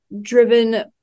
driven